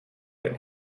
than